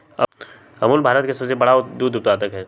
अमूल भारत में सबसे बड़ा दूध उत्पादक हई